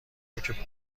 باک